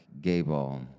Gable